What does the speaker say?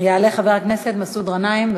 יעלה חבר הכנסת מסעוד גנאים.